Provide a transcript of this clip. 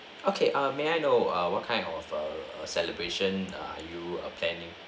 okay ah may I know err what kind of err celebration are you err planning